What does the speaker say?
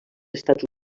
estats